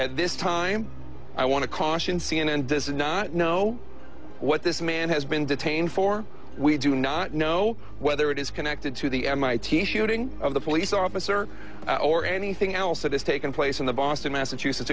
at this time i want to caution c n n does not know what this man has been detained for we do not know whether it is connected to the mit shooting of the police officer or anything else that has taken place in the boston massachusetts